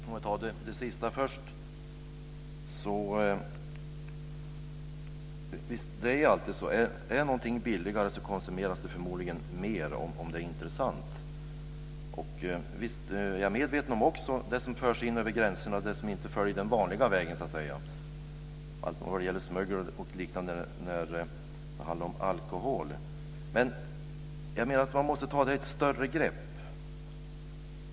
Fru talman! För att ta det sista först, så är det alltid så att om någonting är billigare konsumeras det förmodligen mer, om det är intressant. Visst är jag också medveten om det som förs in över gränserna, det som inte följer den vanliga vägen, vad gäller smuggling av alkohol. Men jag menar att man måste ta ett större grepp.